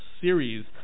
series